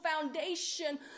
foundation